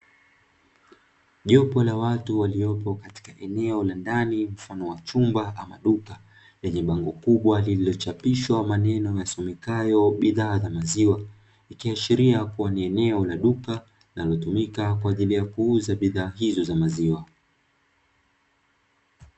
Jopo la watu waliopo katika eneo la ndani mfano wa chumba ama duka, lenye bango kubwa lililochapishwa maneno yasomekayo "Bidhaa za Maziwa", likiashiria kuwa ni eneo la duka linalotumika kwa ajili ya kuuza bidhaa hizo za maziwa.